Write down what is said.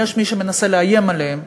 יש מי שמנסה לאיים עליהם.